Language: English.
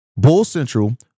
BULLCENTRAL